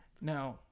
Now